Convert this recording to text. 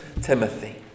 Timothy